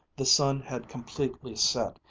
the sun had completely set,